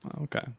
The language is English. Okay